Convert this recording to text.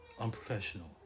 Unprofessional